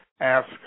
Ask